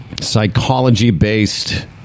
psychology-based